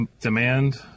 demand